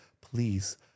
please